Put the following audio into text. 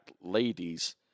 Ladies